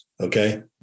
Okay